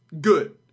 Good